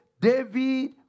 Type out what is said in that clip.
David